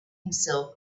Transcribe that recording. himself